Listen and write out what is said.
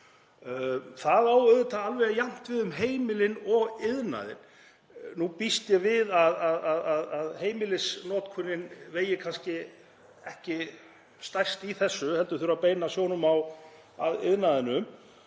Það á alveg jafnt við um heimilin og iðnaðinn. Nú býst ég við að heimilisnotkunin vegi kannski ekki þyngst í þessu heldur þurfi að beina sjónum að iðnaðinum.